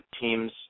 teams